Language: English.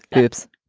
whoops.